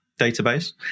database